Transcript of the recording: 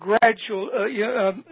gradual